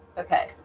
okay.